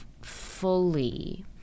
fully